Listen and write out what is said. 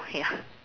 oh ya